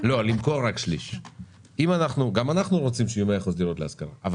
גם אנחנו רוצים שיהיו מאה אחוזי דירות להשכרה אבל